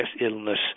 illness